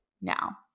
now